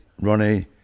Ronnie